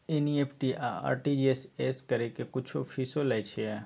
NEFT आ RTG S करै के कुछो फीसो लय छियै?